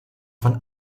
von